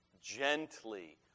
gently